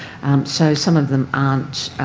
so some of them aren't